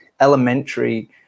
elementary